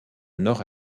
nord